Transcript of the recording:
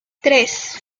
tres